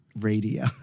radio